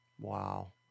Wow